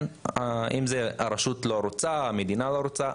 אם הרשות לא רוצה או המדינה לא רוצה,